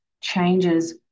Changes